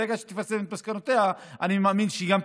ברגע שהיא תפרסם את מסקנותיה אני מאמין שאתה